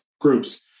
groups